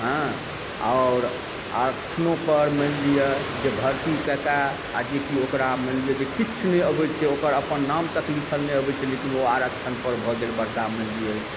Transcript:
एँ आओर आरक्षणो पर मानि लिअ जे भर्ती कऽकऽ आ जे कि ओकरा मानि लिअ जे किछु नहि अबैत छै ओकर अपन नाम तक लिखल नहि अबैत छै लेकिन ओ आरक्षण पर भऽ गेल बड़का मानि लिअ